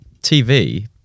TV